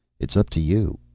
it's up to you,